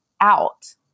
out